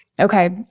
Okay